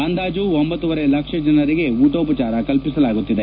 ಅಂದಾಜು ಒಂಭತ್ತೂವರೆ ಲಕ್ಷ ಜನರಿಗೆ ಊಟೋಪಚಾರ ಕಲ್ಪಿಸಲಾಗುತ್ತಿದೆ